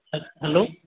hello